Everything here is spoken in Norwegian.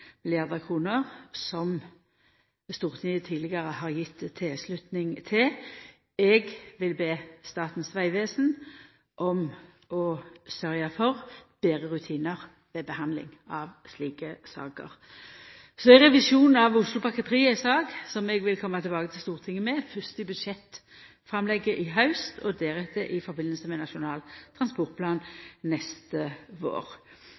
kr som Stortinget tidlegare har gjeve tilslutning til. Eg vil be Statens vegvesen om å sørgja for betre rutinar ved behandling av slike saker. Så er revisjonen av Oslopakke 3 ei sak som eg vil koma tilbake til Stortinget med, fyrst i budsjettframlegget i haust og deretter i samband med Nasjonal transportplan neste vår.